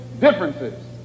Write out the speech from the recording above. differences